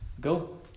Go